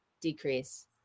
decrease